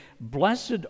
Blessed